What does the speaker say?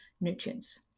nutrients